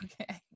Okay